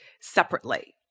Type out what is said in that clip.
separately